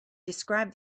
described